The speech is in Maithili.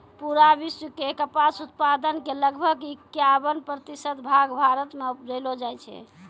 पूरा विश्व के कपास उत्पादन के लगभग इक्यावन प्रतिशत भाग भारत मॅ उपजैलो जाय छै